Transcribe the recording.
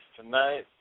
tonight